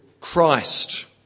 Christ